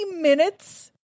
minutes